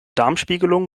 darmspiegelung